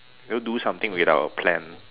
know do something without a plan